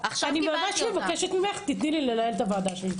תני לי לנהל את הוועדה שלי.